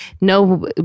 no